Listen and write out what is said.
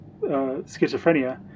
schizophrenia